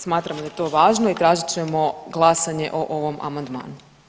Smatram da je to važno i tražit ćemo glasanje o ovom amandmanu.